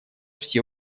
все